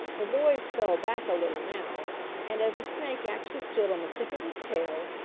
the boys fell back a little now, and as the snake actually stood on the tip of his tail,